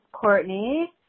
Courtney